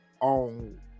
on